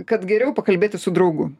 kad geriau pakalbėti su draugu